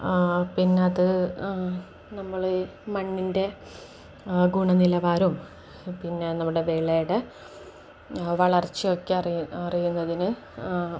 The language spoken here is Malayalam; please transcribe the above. പിന്നെയത് നമ്മള് മണ്ണിൻ്റെ ഗുണനിലവാരം പിന്നെ നമ്മുടെ വിളയുടെ വളർച്ചയൊക്കെ അറിയുന്നതിന്